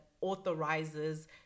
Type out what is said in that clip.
authorizes